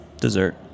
Dessert